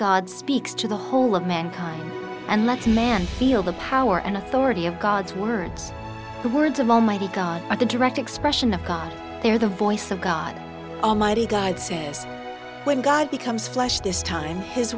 god speaks to the whole of mankind and that man feel the power and authority of god's words the words of almighty god a direct expression of god they are the voice of god almighty god says when god becomes flesh this time his